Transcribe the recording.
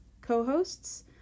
co-hosts